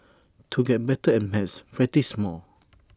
to get better at maths practise more